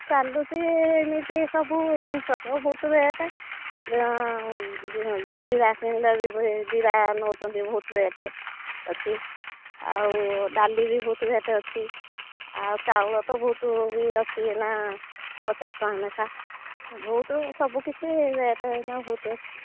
ଚାଲୁଛି ଏମିତି ସବୁ ଜିନିଷ ତ ବହୁତ ରେଟ ଜିରା କିଣିଲେ ବି ଜିରା ନେଉଛନ୍ତି ବହୁତ ରେଟ ଅଛି ଆଉ ଡାଲି ବି ବହୁତ ରେଟ୍ ଅଛି ଆଇ ଚାଉଳ ତ ବହୁତ ବି ଅଛି ଏଇନା ପଚାଶ ଟଙ୍କା ଲେଖାଁ ବହୁତ ସବୁ କିଛି ରେଟ୍ ଏଇନା ବହୁତ ଅଛି